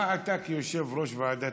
מה אתה כיושב-ראש ועדת